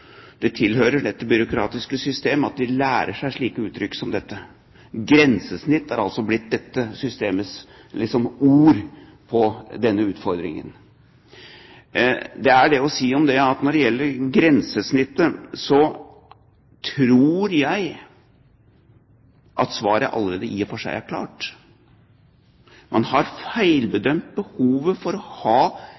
Det tilhører det byråkratiske system at man lærer seg slike uttrykk. Grensesnitt er altså blitt dette systemets ord for denne utfordringen. Når det gjelder grensesnittet, tror jeg at svaret allerede i og for seg er klart. Man har